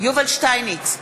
יובל שטייניץ,